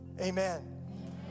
amen